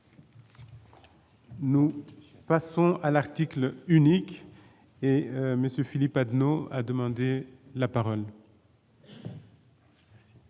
Nous passons à l'article unique et Monsieur Philippe Adnot a demandé la parole.